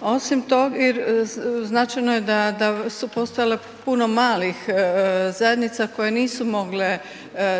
Osim toga, i značajno je da su postojala puno malih zajednica koje nisu mogle